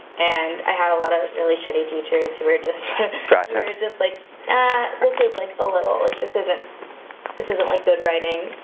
and i had a lot of really shitty teachers who were just roger it's just like ah this is like a little like this isn't this isn't like good writing,